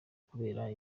kubera